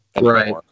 Right